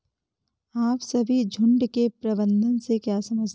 आप सभी झुंड के प्रबंधन से क्या समझते हैं?